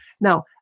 Now